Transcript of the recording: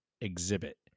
Exhibit